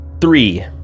three